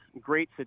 great